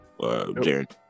jaron